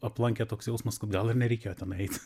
aplankė toks jausmas kad gal ir nereikėjo tenai eit